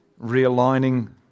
realigning